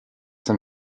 sein